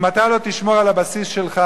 אם אתה לא תשמור על הבסיס שלך,